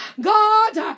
God